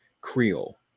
Creole